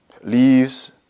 leaves